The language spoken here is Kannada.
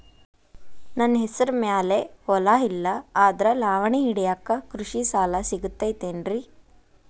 ನನ್ನ ಹೆಸರು ಮ್ಯಾಲೆ ಹೊಲಾ ಇಲ್ಲ ಆದ್ರ ಲಾವಣಿ ಹಿಡಿಯಾಕ್ ಕೃಷಿ ಸಾಲಾ ಸಿಗತೈತಿ ಏನ್ರಿ?